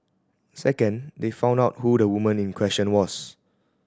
second they found out who the woman in question was